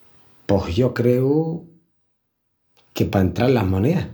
Pos yo creu que pa entral las moneas.